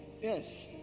yes